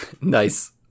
Nice